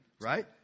right